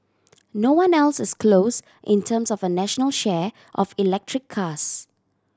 no one else is close in terms of a national share of electric cars